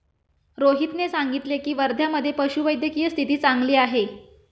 रोहितने सांगितले की, वर्ध्यामधे पशुवैद्यकीय स्थिती चांगली आहे